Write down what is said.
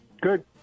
Good